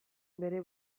bere